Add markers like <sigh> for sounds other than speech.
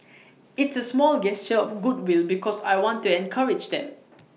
it's A small gesture of goodwill because I want to encourage them <noise>